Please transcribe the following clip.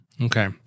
Okay